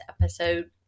episode